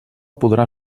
podrà